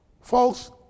Folks